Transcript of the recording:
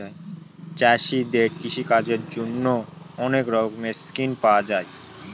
চাষীদের কৃষিকাজের জন্যে অনেক রকমের স্কিম পাওয়া যায়